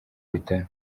bitaro